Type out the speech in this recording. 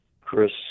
Chris